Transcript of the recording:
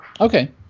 Okay